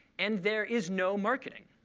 and there is no marketing.